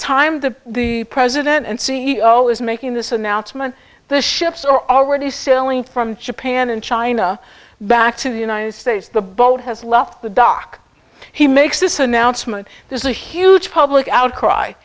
time the the president and c e o is making this announcement the ships are already sailing from japan and china back to the united states the boat has left the dock he makes this announcement there's a huge public outcry